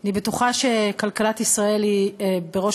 אני בטוחה שכלכלת ישראל היא בראש